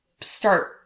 start